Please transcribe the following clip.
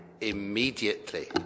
immediately